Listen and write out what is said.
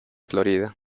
florida